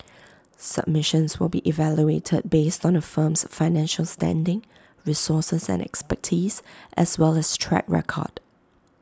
submissions will be evaluated based on A firm's financial standing resources and expertise as well as track record